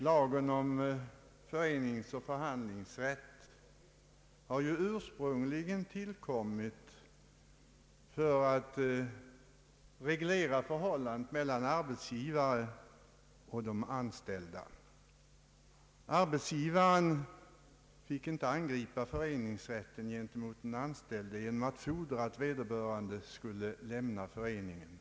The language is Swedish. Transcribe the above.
Lagen om föreningsoch förhandlingsrätt har ursprungligen tillkommit för att reglera förhållandet mellan arbetsgivare och anställda. Arbetsgivaren fick inte angripa föreningsrätten genom att fordra att den anställde skulle lämna sin organisation.